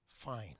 fine